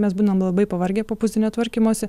mes būnam labai pavargę po pusdienio tvarkymosi